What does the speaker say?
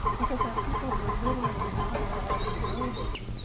because our people were literally not allowed in the building,